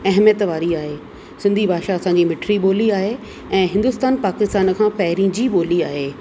अहमियतु वारी आहे सिंधी भाषा असांजी मिठिड़ी ॿोली आहे ऐं हिंदुस्तान पाकिस्तान खां पहिरीं जी ॿोली आहे